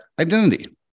identity